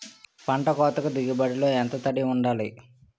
పంట కోతకు దిగుబడి లో ఎంత తడి వుండాలి?